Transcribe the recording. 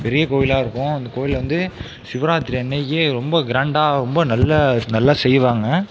பெரிய கோவிலாக இருக்கும் அந்த கோவிலில் வந்து சிவராத்திரி அன்றைக்கி ரொம்ப கிராண்டாக ரொம்ப நல்ல நல்லா செய்வாங்க